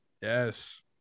yes